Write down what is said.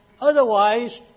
Otherwise